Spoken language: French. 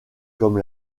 comme